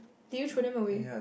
did you throw them away